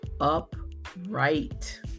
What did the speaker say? upright